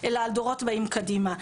אלא על דורות הבאים קדימה.